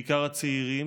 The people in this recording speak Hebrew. בעיקר הצעירים,